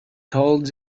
told